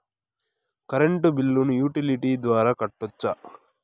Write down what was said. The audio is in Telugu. కరెంటు బిల్లును యుటిలిటీ ద్వారా కట్టొచ్చా?